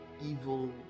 evil